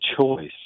choice